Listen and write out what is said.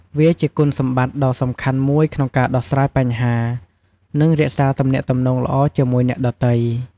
វាជាគុណសម្បតិ្តដ៏សំខាន់មួយក្នុងការដោះស្រាយបញ្ហា និងរក្សាទំនាក់ទំនងល្អជាមួយអ្នកដទៃ។